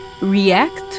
react